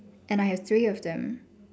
and I have three of them